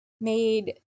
made